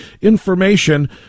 information